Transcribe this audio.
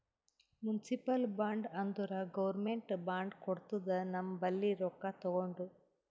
municipal bond ಅಂದುರ್ government bond ಕೊಡ್ತುದ ನಮ್ ಬಲ್ಲಿ ರೊಕ್ಕಾ ತಗೊಂಡು